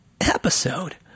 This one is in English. episode